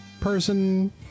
person